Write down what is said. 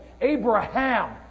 Abraham